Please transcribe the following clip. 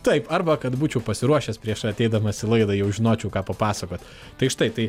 taip arba kad būčiau pasiruošęs prieš ateidamas į laidą jau žinočiau ką papasakot tai štai tai